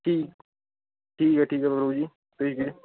ठीक ऐ ठीक ऐ गुरूजी ठीक ऐ